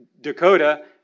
Dakota